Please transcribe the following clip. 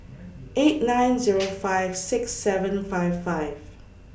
eight nine Zero five six seven five five